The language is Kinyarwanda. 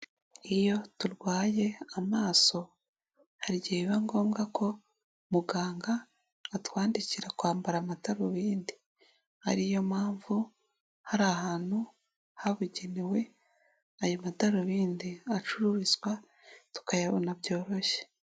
Iyo turwaye amaso hari igihe biba ngombwa ko muganga atwandikira kwambara amadarubindi ari yo mpamvu hari ahantu habugenewe ayo madarubindi acururizwa tukayabona byoroshye.